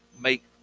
make